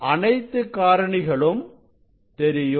அனைத்து காரணிகளும் தெரியும்